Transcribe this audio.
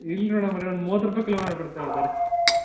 ಇಲ್ಲ ರೀ ಮೇಡಮ್ ರೀ ಒಂದು ಮೂವತ್ತು ರೂಪಾಯಿ ಕಿಲೋ ಮಾಡಿಕೊಡ್ತೇವೆ ಬನ್ರಿ